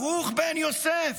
ברוך בן יוסף,